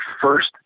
first